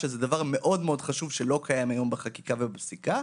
שזה דבר מאוד מאוד חשוב שלא קיים היום בחקיקה ובפסיקה,